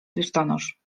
biustonosz